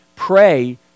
Pray